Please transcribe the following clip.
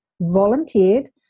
volunteered